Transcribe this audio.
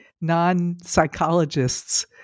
non-psychologists